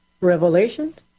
Revelations